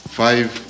five